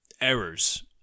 Errors